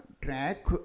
track